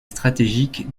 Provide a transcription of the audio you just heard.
stratégique